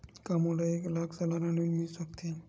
का मोला एक लाख सालाना ऋण मिल सकथे?